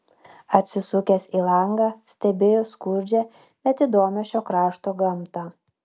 atsisukęs į langą stebėjo skurdžią bet įdomią šio krašto gamtą